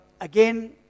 again